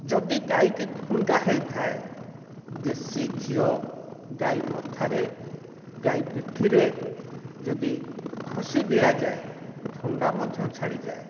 ଯଦି ଗାଈ କି ଥଣ୍ଡା ହେଇଥାଏ ଦେଶୀ ଘିଅ ଗାଈ ମଥାରେ ଗାଈ ପିଠିରେ ଯଦି ଘଷି ଦିଆଯାଏ ଥଣ୍ଡା ମଧ୍ୟ ଛାଡ଼ିଯାଏ